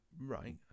Right